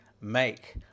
make